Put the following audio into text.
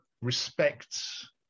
respects